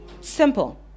Simple